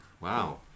Wow